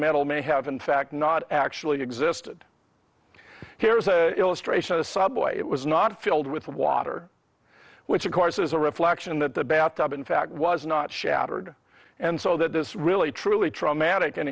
metal may have in fact not actually existed here is a illustration a subway it was not filled with water which of course is a reflection that the bathtub in fact was not shattered and so that this really truly traumatic and